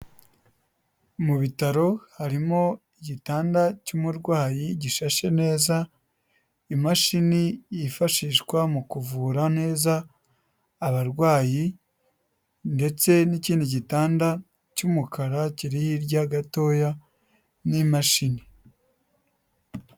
Mu bitaro harimo igitanda cy'umurwayi gishashe neza, imashini yifashishwa mu kuvura neza abarwayi ndetse n'ikindi gitanda cy'umukara kiri hirya gatoya n'imashini.